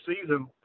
season